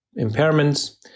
impairments